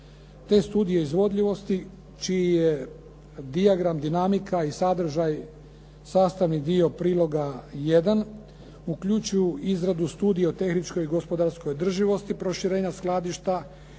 Te studije izvodljivosti čiji je dijagram, dinamika i sadržaj sastavni dio priloga 1, uključuju izradu studiju o tehničkoj i gospodarskoj održivosti proširenja skladišta